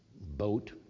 boat